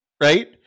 Right